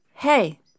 Hey